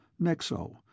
Nexo